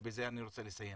ובזה אני רוצה לסיים,